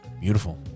Beautiful